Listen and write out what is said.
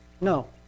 No